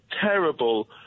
terrible